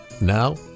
Now